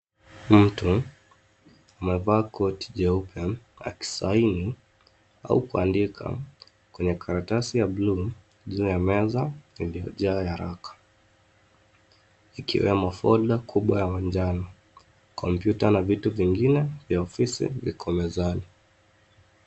Mtu amevaa koti jeupe akisaini au kuandika kwenye karatasi ya bluu, juu ya meza iliyojaa nyaraka. Ikiwemo folder kubwa ya manjano, kompyuta na vitu vingine vya ofisi viko mezani.